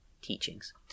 teachings